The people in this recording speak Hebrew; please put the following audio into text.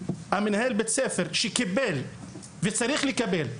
מנהל בית הספר כשקיבל וצריך לקבל,